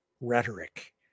rhetoric